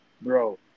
bro